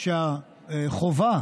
שהחובה